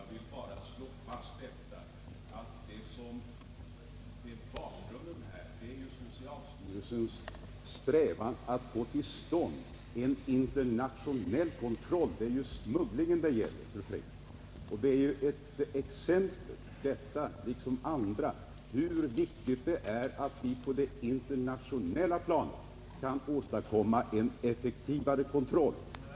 Herr talman! Jag vill understryka att bakgrunden till socialstyrelsens handlingslinje har varit strävandena att få till stånd en internationell kontroll. Det är smugglingen det gäller, fru Frenkel. Våra olika åtgärder är exempel på hur viktigt det är att vi på det internationella planet kan åstadkomma en effektivare kontroll.